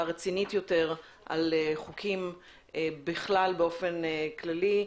רצינית יותר על חוקים בכלל באופן כללי,